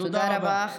תודה רבה.